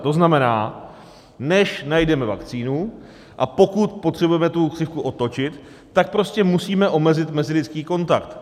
To znamená, než najdeme vakcínu, a pokud potřebujeme tu křivku otočit, tak prostě musíme omezit mezilidský kontakt.